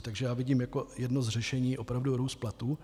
Takže já vidím jako jedno z řešení opravdu růst platů.